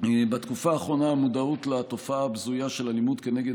בתקופה האחרונה המודעות לתופעה הבזויה של אלימות כנגד